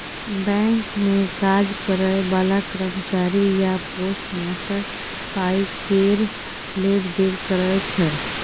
bank मे काज करय बला कर्मचारी या पोस्टमास्टर पाइ केर लेब देब करय छै